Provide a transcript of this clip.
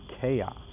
chaos